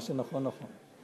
מה שנכון נכון.